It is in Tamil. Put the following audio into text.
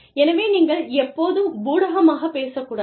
எனவே நீங்கள் எப்போதும் பூடகமாகப் பேசக்கூடாது